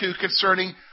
concerning